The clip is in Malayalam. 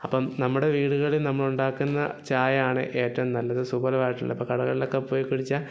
അപ്പം നമ്മുടെ വീടുകളിൽ നമ്മൾ ഉണ്ടാക്കുന്ന ചായ ആണ് ഏറ്റവും നല്ലത് സുഭലമായിട്ടുള്ളത് അപ്പം കടകളിലൊക്കെ പോയി കുടിച്ചാൽ